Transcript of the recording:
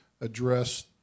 address